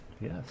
Yes